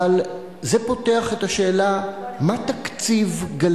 קולו של השר וילנאי הצביעו בעד הצעת חוק השיפוט הצבאי (תיקון מס'